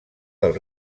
del